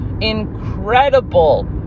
incredible